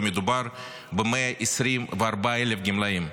ומדובר ב-124,000 גמלאים.